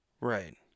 right